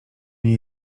nie